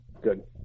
good